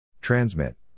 Transmit